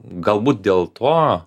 galbūt dėl to